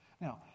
Now